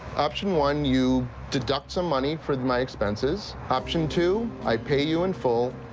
option one you deduct some money for my expenses. option two i pay you in full,